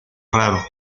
raro